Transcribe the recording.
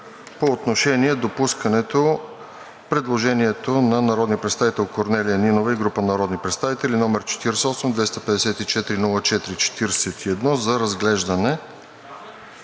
по отношение допускане предложението на народния представител Корнелия Нинова и група народни представители, № 48-254-04-41, за разглеждане.